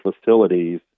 facilities